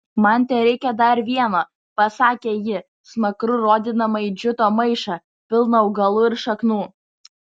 man tereikia dar vieno pasakė ji smakru rodydama į džiuto maišą pilną augalų ir šaknų